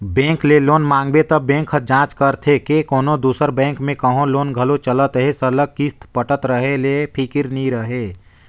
bank ले loan मांगबे त बेंक ह जांच करथे के कोनो दूसर बेंक में कहों लोन घलो चलत अहे सरलग किस्त पटत रहें ले फिकिर नी रहे